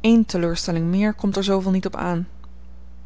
eene teleurstelling meer komt er zooveel niet op aan